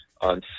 On